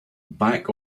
back